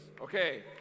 Okay